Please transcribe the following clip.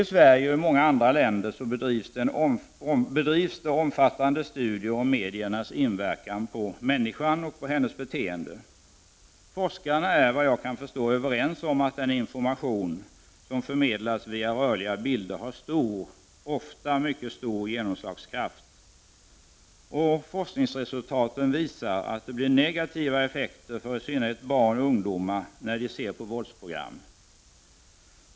I Sverige och i många andra länder bedrivs omfattande studier om mediernas inverkan på människan och hennes beteende. Forskarna är, vad jag kan förstå, överens om att den information som förmedlas via rörliga bilder har en stor, ofta mycket stor, genomslagskraft. Forskningsresultaten visar att det blir negativa effekter för i synnerhet barn och ungdomar när de ser på våldsprogram.